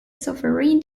sovereign